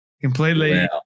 completely